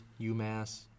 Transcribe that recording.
UMass